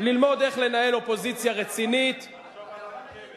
ללמוד איך לנהל אופוזיציה רצינית, תחשוב על הרכבת.